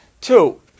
Two